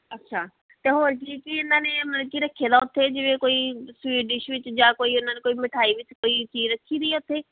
ਅੱਛਾ ਅਤੇ ਹੋਰ ਕੀ ਕੀ ਇਹਨਾਂ ਨੇ ਮਤਲਬ ਕਿ ਰੱਖਿਆ ਵਾ ਉੱਥੇ ਜਿਵੇਂ ਕੋਈ ਸਵੀਟ ਡਿਸ਼ ਵਿੱਚ ਜਾਂ ਕੋਈ ਉਹਨਾਂ ਨੂੰ ਕੋਈ ਮਿਠਾਈ ਵਿੱਚ ਕੋਈ ਚੀਜ਼ ਰੱਖੀ ਵੀ ਇੱਥੇ